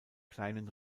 kleinen